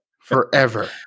Forever